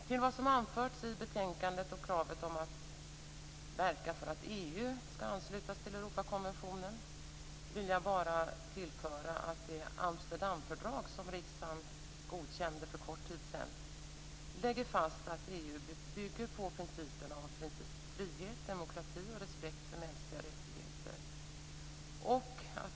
Till vad som anförts i betänkandet om kravet på att verka för att EU skall anslutas till Europakonventionen vill jag tillföra att det amsterdamfördrag som riksdagen godkände för en kort tid sedan lägger fast att EU bygger på principen om frihet, demokrati och respekt för mänskliga rättigheter.